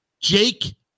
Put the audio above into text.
Jake